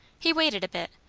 he waited a bit,